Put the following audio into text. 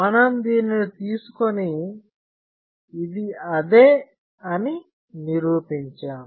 మనం దీనిని తీసుకొని ఇది అదే అని నిరూపించాము